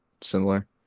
similar